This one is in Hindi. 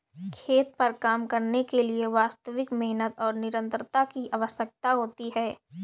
खेत पर काम करने के लिए वास्तविक मेहनत और निरंतरता की आवश्यकता होती है